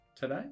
today